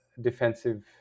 defensive